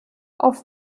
auf